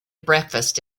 breakfast